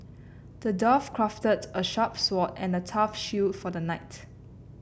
the dwarf crafted a sharp sword and a tough shield for the knight